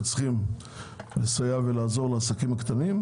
צריכים לסייע ולעזור לעסקים הקטנים,